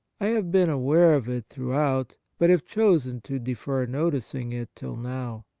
i have been aware of it throughout, but have chosen to defer noticing it till now.